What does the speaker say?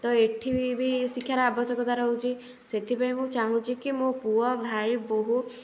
ତ ଏଇଠି ବି ଶିକ୍ଷାର ଆବଶ୍ୟକତା ରହୁଛି ସେଥିପାଇଁ ମୁଁ ଚାହୁଁଛି କି ମୋ ପୁଅ ଭାଇ ବହୁ